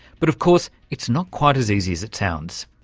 but, of course, it's not quite as easy as it sounds.